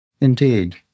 Indeed